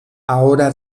ahora